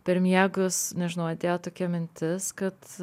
per miegus nežinau atėjo tokia mintis kad